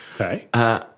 Okay